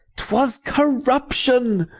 twas corruption.